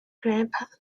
grandpa